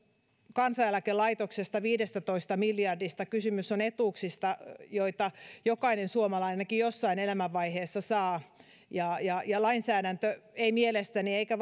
kansaneläkelaitoksesta viidestätoista miljardista kysymys on etuuksista joita jokainen suomalainen ainakin jossain elämänvaiheessa saa ja ja lainsäädäntö ei mielestäni eikä